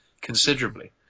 considerably